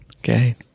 Okay